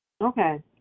Okay